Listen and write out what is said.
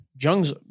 Jung's